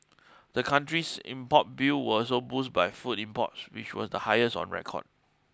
the country's import bill was boost by food imports which were the highest on record